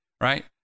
right